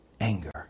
anger